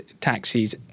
taxis